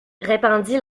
répondit